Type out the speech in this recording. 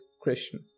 Krishna